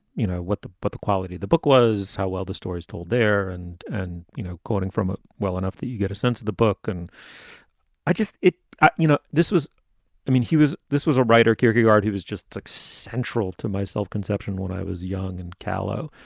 you know what? the but quality the book was how well the story told there. and. and, you know, quoting from it well enough that you get a sense of the book and i just it you know, this was i mean, he was this was a writer, kierkegaard. he was just like central to myself conception when i was young and callow.